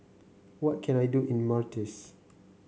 what can I do in Mauritius